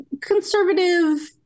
conservative